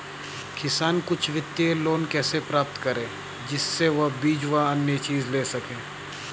किसान कुछ वित्तीय लोन कैसे प्राप्त करें जिससे वह बीज व अन्य चीज ले सके?